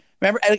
Remember